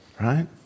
Right